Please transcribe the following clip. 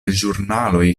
ĵurnaloj